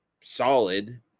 solid